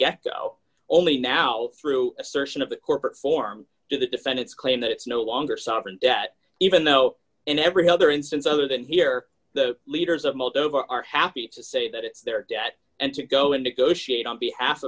echo only now through assertion of the corporate form to the defendant's claim that it's no longer sovereign debt even though in every other instance other than here the leaders of moldova are happy to say that it's their debt and to go in negotiating on behalf